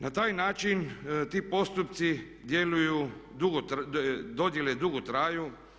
Na taj način ti postupci djeluju, dodjele dugo traju.